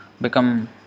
become